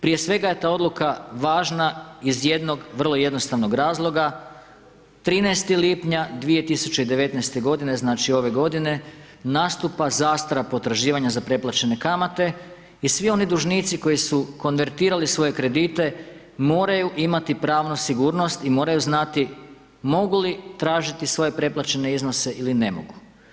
Prije svega je ta odluka važna iz jednog vrlo jednostavnog razloga, 13. lipnja 2019.-te godine, znači, ove godine, nastupa zastara potraživanja za preplaćene kamate i svi oni dužnici koji su konvertirali svoje kredite moraju imati pravnu sigurnost i moraju znati mogu li tražiti svoje preplaćene iznose ili ne mogu.